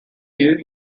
new